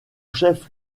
chef